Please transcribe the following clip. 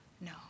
No